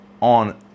on